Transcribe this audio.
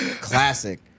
Classic